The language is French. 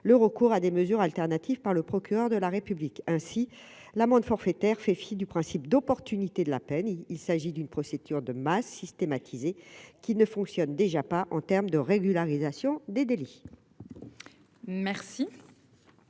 le recours à des mesures alternatives par le procureur de la République ainsi l'amende forfaitaire fait fi du principe d'opportunité de la peine, il s'agit d'une procédure de masse systématiser qui ne fonctionnent déjà pas en terme de régularisation des délits. Merci,